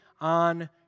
on